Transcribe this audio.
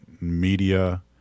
media